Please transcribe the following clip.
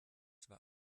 zwar